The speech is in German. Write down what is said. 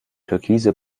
türkise